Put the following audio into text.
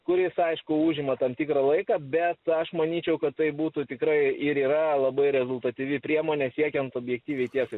kuris aišku užima tam tikrą laiką bet aš manyčiau kad tai būtų tikrai ir yra labai rezultatyvi priemonė siekiant objektyviai tiesai